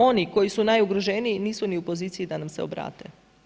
Oni koji su najugroženiji nisu ni u poziciji da nam se obrate.